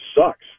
sucks